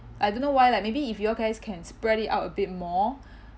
I don't know why lah maybe if you all guys can spread it out a bit more